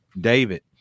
David